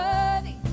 Worthy